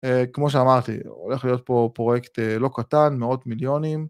כמו שאמרתי, הולך להיות פה פרויקט לא קטן, מאות מיליונים.